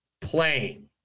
playing